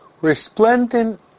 Resplendent